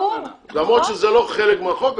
למרות שזה לא חלק מהחוק,